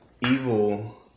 Evil